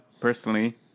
personally